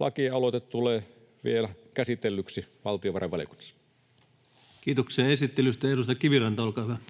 lakialoite tulee vielä käsitellyksi valtiovarainvaliokunnassa. [Speech 152] Speaker: Ensimmäinen varapuhemies